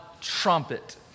trumpet